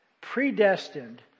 predestined